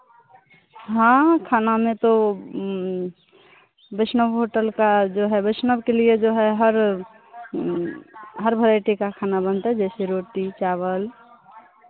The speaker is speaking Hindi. हाँ खाना में तो वैष्णव होटल का जो है वैष्णव के लिए जो है हर हर भेराइटी का खाना बनता है जैसे रोटी चावल